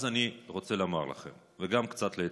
אז אני רוצה לומר לכם וגם קצת לעצמי: